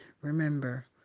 remember